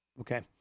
Okay